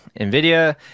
NVIDIA